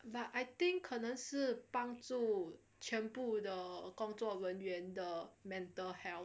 but I think 可能是帮助全部的工作人员的 the mental health